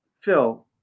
Phil